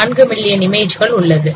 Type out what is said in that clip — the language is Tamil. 4 மில்லியன் இமேஜ் கள் உள்ளது